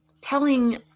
telling